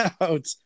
out